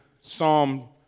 Psalm